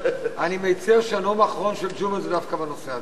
אני מצר שהנאום האחרון של ג'ומס הוא דווקא בנושא הזה.